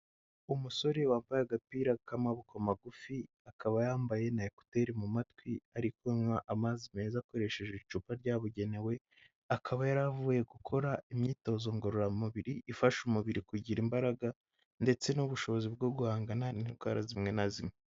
Umusore wambaye agapira k'amaboko magufi akaba yambaye na ekuteri mu matwi arikunywa amazi meza akoresheje icupa ryabugenewe, akaba yaravuye gukora imyitozo ngororamubiri ifasha umubiri kugira imbaraga ndetse n'ubushobozi bwo guhangana n'indwara zimwe na zimwe.